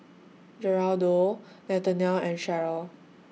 Geraldo Nathanial and Sheryl